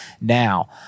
Now